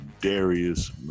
Darius